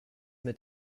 mit